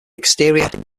exterior